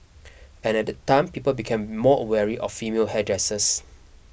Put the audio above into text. at that that time people became more of female hairdressers